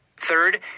Third